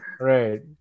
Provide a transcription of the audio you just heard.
right